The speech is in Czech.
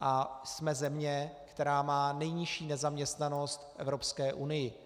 a jsme země, která má nejnižší nezaměstnanost v Evropské unii.